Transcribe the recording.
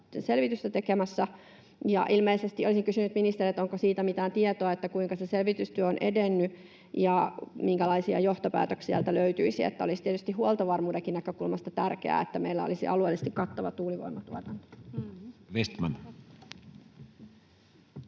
selvitystä tekemässä. Olisin kysynyt ministeriltä: onko siitä mitään tietoa, kuinka se selvitystyö on edennyt ja minkälaisia johtopäätöksiä sieltä löytyisi? Olisi tietysti huoltovarmuudenkin näkökulmasta tärkeää, että meillä olisi alueellisesti kattava tuulivoiman tuotanto. [Speech